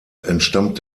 entstammt